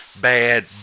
bad